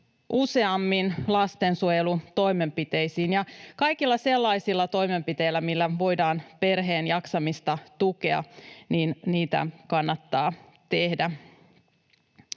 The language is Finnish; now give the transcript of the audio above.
useammin lastensuojelutoimenpiteisiin. Kaikkia sellaisia toimenpiteitä, joilla voidaan perheen jaksamista tukea, kannattaa tehdä.